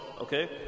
Okay